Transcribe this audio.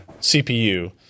CPU